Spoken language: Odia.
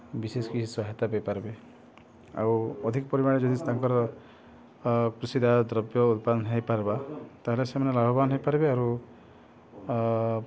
ବିଶେଷ୍ କିଛି ସହାୟତା ପାଇପାର୍ବେ ଆଉ ଅଧିକ ପରିମାଣ୍ରେ ଯଦି ତାଙ୍କର୍ କୃଷିଜାତ ଦ୍ରବ୍ୟ ଉତ୍ପାଦନ ହେଇପାର୍ବା ତାହେଲେ ସେମାନେ ଲାଭବାନ୍ ହେଇପାର୍ବେ ଆରୁ